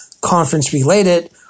conference-related